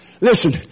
Listen